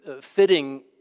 fitting